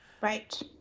Right